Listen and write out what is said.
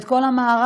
את כל המערך,